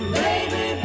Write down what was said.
baby